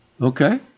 Okay